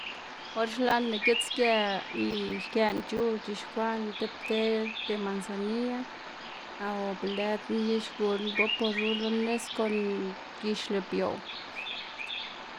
Or xlaꞌnná gitsge y xkëꞌná c̲h̲u c̲h̲ixkwaꞌná tib te de mansaniya be lëdna i xguná boporu lo nis kon gix labioꞌw.